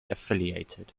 affiliated